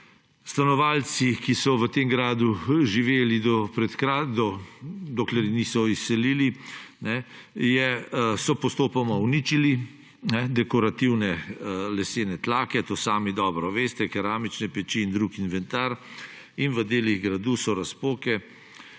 Stanovalci, ki so v tem gradu živeli, dokler se niso izselili, so postopoma uničili dekorativne lesene tlake, to sami dobro veste, keramične peči in drug inventar. V delih gradu so razpoke,